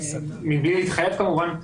מבלי להתחייב כמובן,